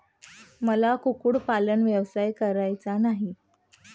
मला कुक्कुटपालन व्यवसाय करायचा नाही